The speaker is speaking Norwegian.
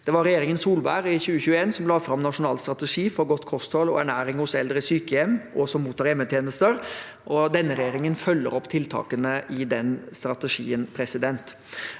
regjeringen Solberg som i 2021 la fram nasjonal strategi for godt kosthold og ernæring hos eldre i sykehjem og som mottar hjemmetjenester. Denne regjeringen følger opp tiltakene i den strategien. Erfaringer